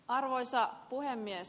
arvoisa puhemies